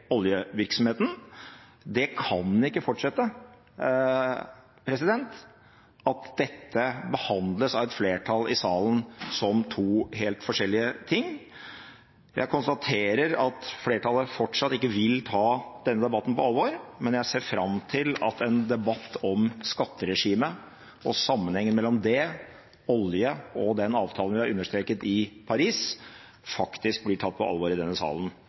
oljevirksomheten. At dette behandles av et flertall i salen som to helt forskjellige ting, kan ikke fortsette. Jeg konstaterer at flertallet fortsatt ikke vil ta denne debatten på alvor, men jeg ser fram til at en debatt om skatteregimet og sammenhengen mellom det, olje og den avtalen vi har undertegnet i Paris, faktisk blir tatt på alvor i denne salen